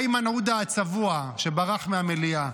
איימן עודה הצבוע, שברח מהמליאה,